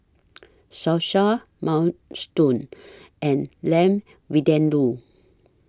Salsa Minestrone and Lamb Vindaloo